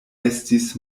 estis